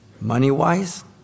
money-wise